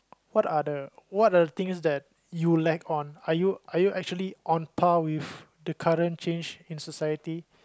what are the what are the things that you lack on are you are you actually on par with the current change in society